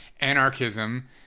anarchism